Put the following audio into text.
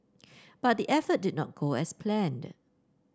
but the effort did not go as planned